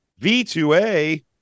V2A